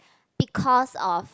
because of